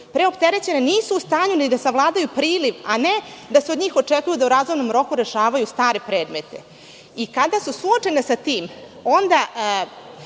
pravosuđu. Nisu u stanju da savladaju priliv, a ne da se od njih očekuje da u razumnom roku rešavaju stare predmete. Kada su suočeni sa tim, onda